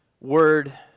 word